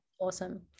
awesome